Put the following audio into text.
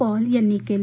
Paul यांनी केलं